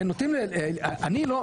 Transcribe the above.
אני לא,